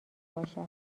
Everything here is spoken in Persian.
باشد